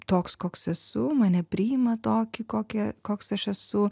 toks koks esu mane priima tokį kokį koks aš esu